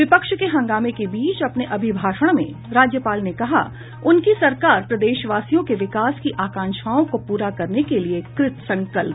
विपक्ष के हंगामे के बीच अपने अभिभाषण में राज्यपाल ने कहा उनकी सरकार प्रदेशवासियों की विकास की आंकाक्षाओं को पूरा करने के लिये कृतसंकल्प